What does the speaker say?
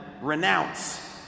Renounce